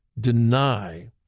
deny